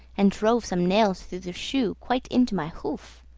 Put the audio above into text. and drove some nails through the shoe quite into my hoof,